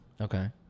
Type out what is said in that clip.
okay